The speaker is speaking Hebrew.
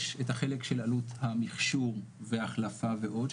יש את החלק של עלות המכשור והחלפה ועוד,